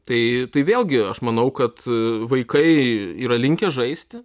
tai tai vėlgi aš manau kad vaikai yra linkę žaisti